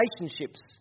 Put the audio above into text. relationships